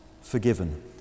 forgiven